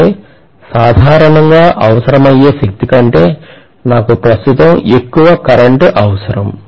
అంటే సాధారణంగా అవసరమయ్యే శక్తి కంటే నాకు ప్రస్తుతం ఎక్కువ కరెంటు అవసరం